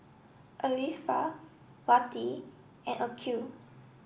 Arifa Wati and Aqil